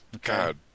God